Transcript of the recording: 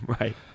Right